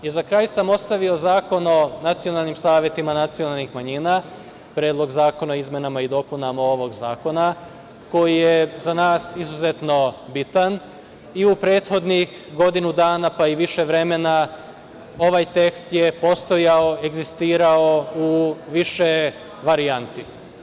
Za kraj sam ostavio Zakon o nacionalnim savetima nacionalnih manjina, Predlog zakona o izmenama i dopunama ovog zakona, koji je za nas izuzetno bitan i u prethodnih godinu dana, pa i više vremena ovaj tekst je postojao, egzistirao u više varijanti.